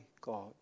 God